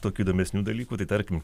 tokių įdomesnių dalykų tai tarkim